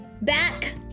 back